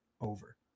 over